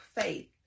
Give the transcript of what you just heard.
faith